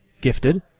gifted